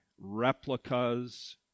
replicas